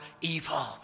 evil